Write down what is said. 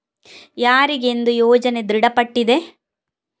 ಯಾರಿಗೆಂದು ಯೋಜನೆ ದೃಢಪಟ್ಟಿದೆ?